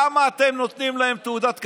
למה אתם נותנים להם תעודת כבוד,